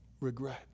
regret